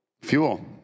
Fuel